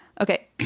Okay